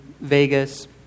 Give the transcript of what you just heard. Vegas